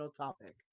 topic